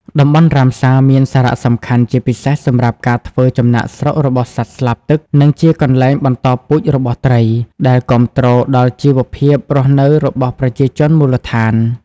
តំបន់រ៉ាមសារមានសារៈសំខាន់ជាពិសេសសម្រាប់ការធ្វើចំណាកស្រុករបស់សត្វស្លាបទឹក និងជាកន្លែងបន្តពូជរបស់ត្រី ដែលគាំទ្រដល់ជីវភាពរស់នៅរបស់ប្រជាជនមូលដ្ឋាន។